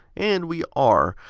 and we are.